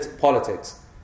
politics